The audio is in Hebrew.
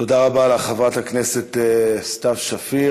תודה רבה לך, חברת הכנסת סתיו שפיר.